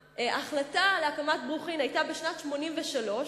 ההחלטה על הקמת ברוכין היתה בשנת 1983,